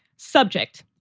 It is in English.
subject.